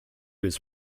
was